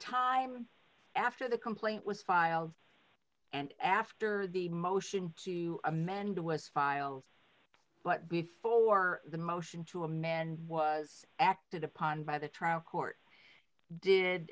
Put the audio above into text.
time after the complaint was filed and after the motion to amend was filed but before the motion to a man was acted upon by the trial court did